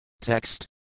Text